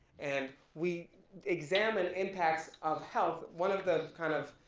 and we examine impacts of health, one of the kind of,